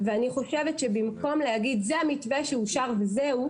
ואני חושבת שבמקום להגיד: זה המתווה שאושר וזהו,